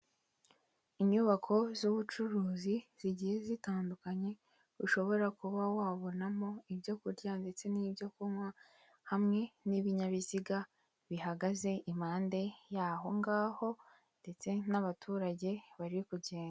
Inyubako z'ubucuruzi zigiye zitandukanye, ushobora kuba wabonamo ibyo kurya ndetse n'ibyo kunywa, hamwe n'ibinyabiziga bihagaze impande y'aho ngaho, ndetse n'abaturage bari kugenda.